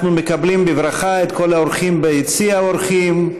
אנחנו מקבלים בברכה את כל האורחים ביציע האורחים,